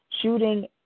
Shooting